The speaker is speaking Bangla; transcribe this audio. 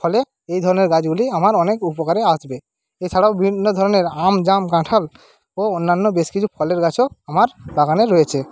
ফলে এই ধরণের গাছ গুলি আমার অনেক উপকারে আসবে এছাড়াও বিভিন্ন ধরণের আম জাম কাঁঠাল ও অন্যান্য বেশ কিছু ফলের গাছও আমার বাগানে রয়েছে